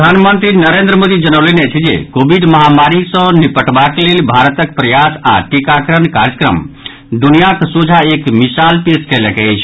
प्रधानमंत्री नरेन्द्र मोदी जनौलनि अछि जे कोविड महामारी सँ निपटबाक लेल भारतक प्रयास आओर टीकाकरण कार्यक्रम दुनियाक सोंझा एक मिशान पेश कयलक अछि